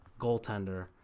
goaltender